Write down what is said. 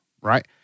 Right